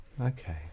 Okay